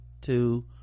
two